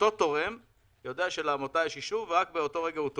אותו תורם יודע שלעמותה יש אישור ורק באותו רגע הוא תורם.